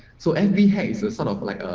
so and behaves the sort of like